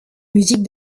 musique